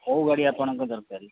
କେଉଁ ଗାଡ଼ି ଆପଣଙ୍କର ଦରକାର